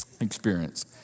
experience